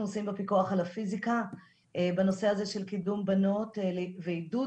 עושים בפיקוח על הפיזיקה בנושא הזה של קידום בנות ועידוד